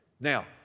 now